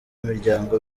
miryango